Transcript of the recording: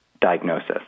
diagnosis